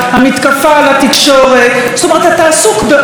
אתה עסוק בעוד משהו חוץ ממה שכותבים עליך?